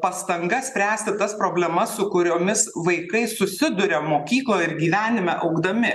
pastanga spręsti tas problemas su kuriomis vaikai susiduria mokykloj ir gyvenime augdami